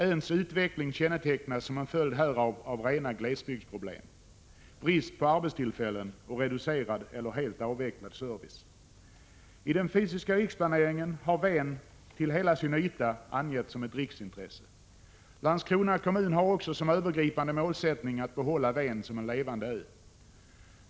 Öns utveckling kännetecknas som en följd härav av rena glesbygdsproblem — brist på arbetstillfällen och reducerad eller I den fysiska riksplaneringen har hela Ven angetts som ett riksintresse. Landskrona kommun har också som övergripande målsättning att behålla Ven som en levande ö.